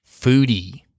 Foodie